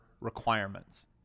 requirements